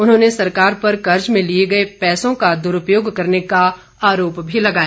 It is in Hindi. उन्होंने सरकार पर कर्ज में लिए गए पैंसों का दुरूपयोग करने का आरोप भी लगाया